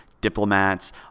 diplomats